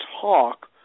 talk